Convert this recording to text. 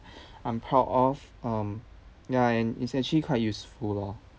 I'm proud of um ya and it's actually quite useful lor